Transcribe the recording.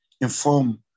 inform